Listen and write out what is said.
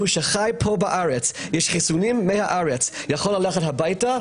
שחי פה בארץ ומחוסן בארץ יכול ללכת הביתה,